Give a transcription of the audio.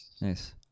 Nice